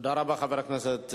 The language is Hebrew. תודה רבה, חבר הכנסת אלדד.